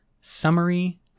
summary